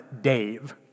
Dave